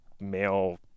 male